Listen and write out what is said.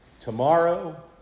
tomorrow